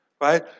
Right